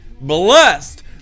blessed